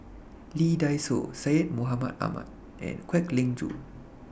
Lee Dai Soh Syed Mohamed Ahmed and Kwek Leng Joo